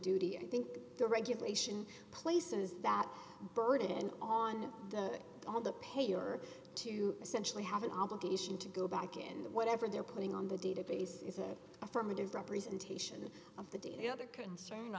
duty i think the regulation places that burden on the all the payer to essentially have an obligation to go back into whatever they're putting on the database is an affirmative representation of the da the other concern